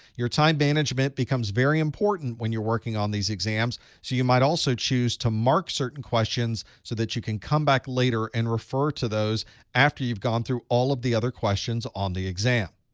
your time management becomes very important when you're working on these exams, so you might also choose to mark certain questions so that you can come back later and refer to those after you've gone through all of the other questions on the exam.